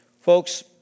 Folks